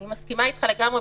אני מסכימה אתך לגמרי.